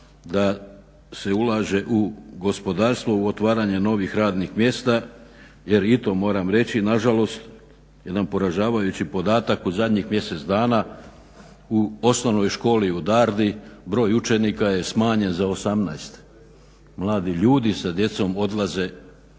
da se ulaže u gospodarstvo u otvaranje novih radnih mjesta jer i to moram reći nažalost jedan poražavajući podatak u zadnjih mjesec dana u Osnovnoj školi u Dardi broj učenika je smanjen za 18. Mladi ljudi sa djecom odlaze u